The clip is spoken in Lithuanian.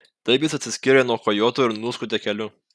taip jis atsiskyrė nuo kojoto ir nuskuodė keliu